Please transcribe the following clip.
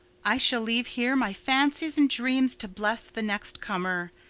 i shall leave here my fancies and dreams to bless the next comer,